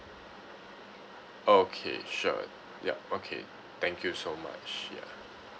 okay sure yup okay thank you so much ya